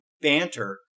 banter